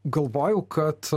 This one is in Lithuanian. galvojau kad